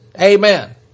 Amen